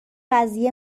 قضیه